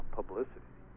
publicity